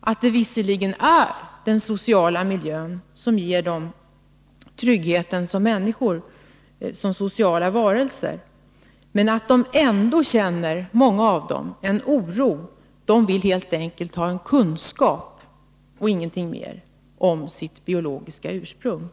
att det visserligen är den sociala miljön som ger barnen trygghet som människor och som sociala varelser, men att många av dem ändå känner en oro. De vill helt enkelt ha kunskap om sitt biologiska ursprung.